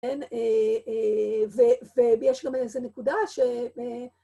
יש לנו איזה נקודה ש